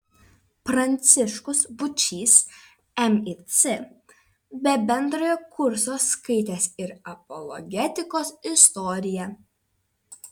pranciškus būčys mic be bendrojo kurso skaitęs ir apologetikos istoriją